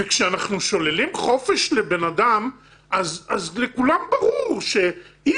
וכשאנחנו שוללים חופש לבן אדם אז לכולם ברור שאי